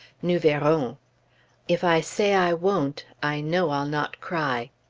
nous verrons! if i say i won't, i know i'll not cry.